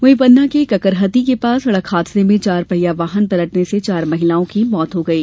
वहीं पन्ना के ककरहती के पास सड़क हादसे में चार पहिया वाहन पलटने से चार महिलाओं की मौत हो गयी